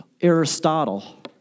Aristotle